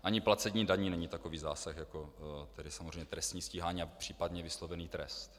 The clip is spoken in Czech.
Ani placení daní není takový zásah jako např. trestní stíhání a případně vyslovený trest.